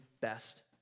best